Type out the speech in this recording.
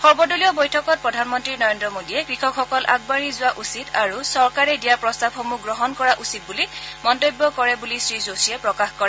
সৰ্বদলীয় বৈঠকত প্ৰধানমন্ত্ৰী নৰেন্দ্ৰ মোডীয়ে কৃষকসকল আগবাঢ়ি যোৱা উচিত আৰু চৰকাৰে দিয়া প্ৰস্তাৱসমূহ গ্ৰহণ কৰা উচিত বুলি মন্তব্য কৰে বুলি শ্ৰী যোশীয়ে প্ৰকাশ কৰে